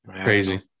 crazy